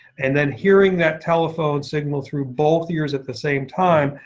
and then hearing that telephone signal through both ears at the same time,